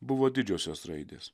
buvo didžiosios raidės